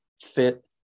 fit